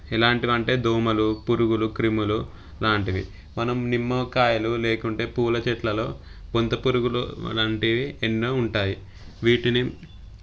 ఎలాంటివి అంటే దోమలు పురుగులు క్రిములు ఇలాంటివి మనం నిమ్మకాయలు లేకుంటే పూల చెట్లలో బొంత పురుగులు అలాంటివి ఎన్నో ఉంటాయి వీటిని